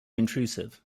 intrusive